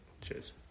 Cheers